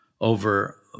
over